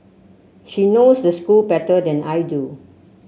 she knows the school better than I do